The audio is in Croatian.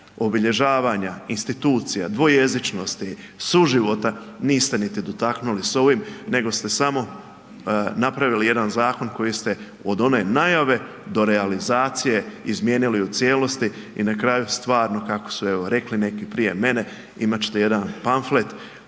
obilježavanja institucija, dvojezičnosti, suživota niste niti dotaknuli s ovim nego ste samo napravili jedan zakon koji ste od one najave do realizacije izmijenili u cijelosti i na kraju stvarno kako su evo rekli neki prije mene, imat ćete jedan pamflet